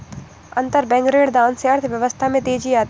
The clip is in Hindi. अंतरबैंक ऋणदान से अर्थव्यवस्था में तेजी आती है